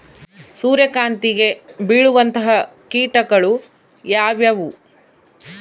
ಸೂರ್ಯಕಾಂತಿಗೆ ಬೇಳುವಂತಹ ಕೇಟಗಳು ಯಾವ್ಯಾವು?